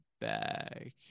back